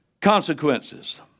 consequences